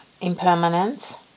impermanence